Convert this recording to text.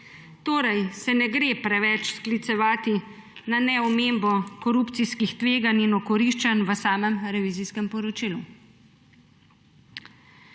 Torej se ne gre preveč sklicevati na neomembo korupcijskih tveganj in okoriščanj v samem revizijskem poročilu.